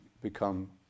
become